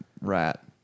rat